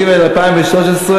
הנגשה ושימוש בנתונים מגדריים (תיקוני חקיקה),